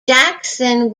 jackson